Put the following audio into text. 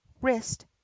wrist